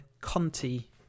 conti